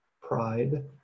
pride